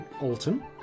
Alton